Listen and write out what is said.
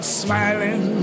smiling